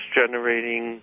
generating